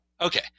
Okay